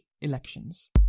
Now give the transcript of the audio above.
elections